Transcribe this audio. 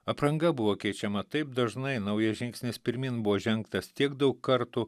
apranga buvo keičiama taip dažnai naujas žingsnis pirmyn buvo žengtas tiek daug kartų